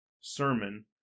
sermon